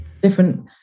different